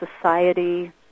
society